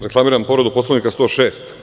Reklamiram povredu Poslovnika, član 106.